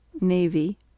Navy